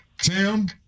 Tim